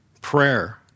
prayer